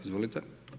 Izvolite.